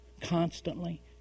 constantly